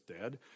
dead